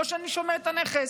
או שאני לא שומרת את הנכס.